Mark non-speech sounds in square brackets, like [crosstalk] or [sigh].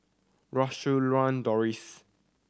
[unintelligible] Siew [unintelligible] Doris